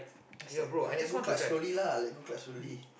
just like let go clutch slowly lah let go clutch slowly